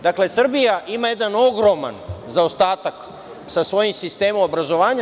Dakle, Srbija ima jedan ogroman zaostatak sa svojim sistemom obrazovanja.